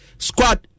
squad